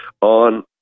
on